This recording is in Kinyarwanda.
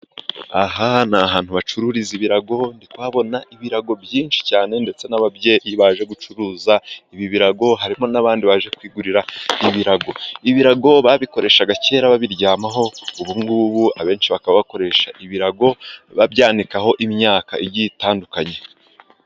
Aha ni ahantu bacururiza ibirago. Ndi kuhabona ibirago byinshi cyane, ndetse n’ababyeyi baje gucuruza ibi birago. Harimo n’abandi baje kwigurira ibirago. Ibirago babikoreshaga kera babiryamaho, ubu ngubu abenshi bakaba bakoresha ibirago babyanikaho imyaka igiye itandukanye.